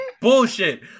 Bullshit